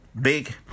big